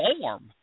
form